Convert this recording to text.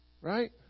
Right